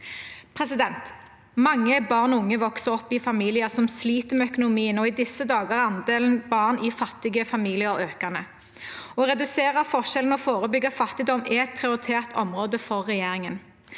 regjeringen. Mange barn og unge vokser opp i familier som sliter med økonomien, og i disse dager er andelen barn i fattige familier økende. Å redusere forskjellene og forebygge fattigdom er et prioritert område for regjeringen.